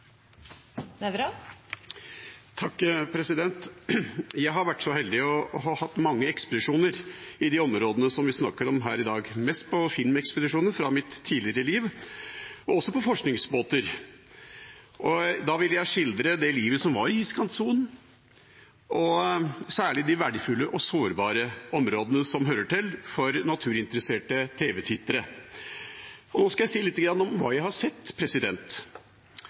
Jeg har vært så heldig å ha hatt mange ekspedisjoner i de områdene vi snakker om i dag – mest filmekspedisjoner i mitt tidligere liv, men også på forskningsbåter. Da ville jeg skildre det livet som var i iskantsonen, særlig de verdifulle og sårbare områdene som hører til, for naturinteresserte tv-tittere. Nå skal jeg si litt om hva jeg har sett.